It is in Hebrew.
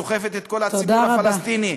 סוחפת את כל הציבור הפלסטיני,